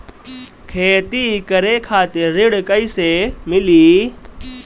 खेती करे खातिर ऋण कइसे मिली?